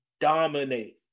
dominate